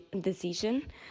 decision